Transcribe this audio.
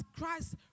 Christ